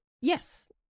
Yes